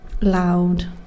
loud